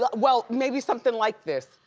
like well, maybe something like this.